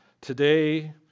Today